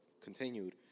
continued